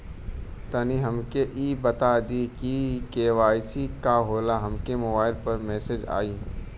तनि हमके इ बता दीं की के.वाइ.सी का होला हमरे मोबाइल पर मैसेज आई?